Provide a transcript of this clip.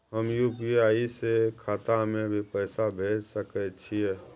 हम यु.पी.आई से खाता में भी पैसा भेज सके छियै?